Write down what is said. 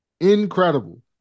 incredible